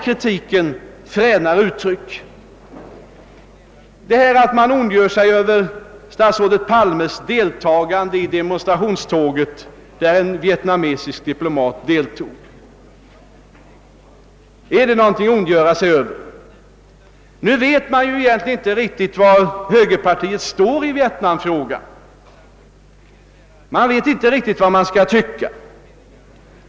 Vidare vill jag fråga, om det verkligen är något att ondgöra sig över att statsrådet Palme gick med i ett demonstrationståg i vilket även en vietnamesisk diplomat deltog. Vi vet i dag egentligen inte var högerpartiet står i vietnamfrågan. Kanske vet högern inte själv vad man skall tycka.